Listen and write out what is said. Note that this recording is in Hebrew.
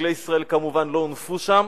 דגלי ישראל כמובן לא הונפו שם.